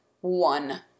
one